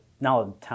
now